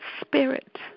spirit